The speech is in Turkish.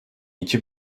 iki